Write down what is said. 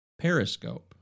Periscope